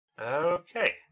Okay